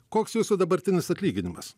koks jūsų dabartinis atlyginimas